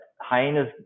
Hyenas